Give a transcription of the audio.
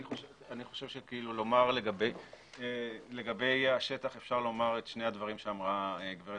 אני חושב שלגבי השטח אפשר לומר את שני הדברים שאמרה גברת